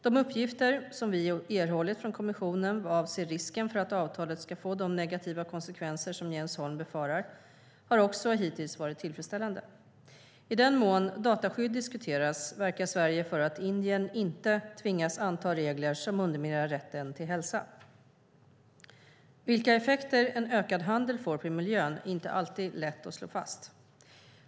De uppgifter vi har erhållit från kommissionen vad avser risken för att avtalet ska få de negativa konsekvenser som Jens Holm befarar har också hittills varit tillfredsställande. I den mån dataskydd diskuteras verkar Sverige för att Indien inte ska tvingas anta regler som underminerar rätten till hälsa. Vilka effekter en ökad handel får på miljön är inte alltid lätt att slå fast.